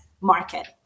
market